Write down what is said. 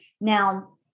Now